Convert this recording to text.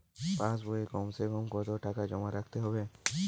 পাশ বইয়ে কমসেকম কত টাকা জমা রাখতে হবে?